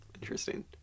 interesting